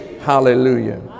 Hallelujah